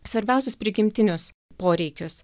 svarbiausius prigimtinius poreikius